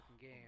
game